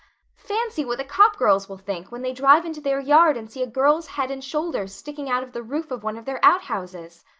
fancy what the copp girls will think when they drive into their yard and see a girl's head and shoulders sticking out of the roof of one of their outhouses.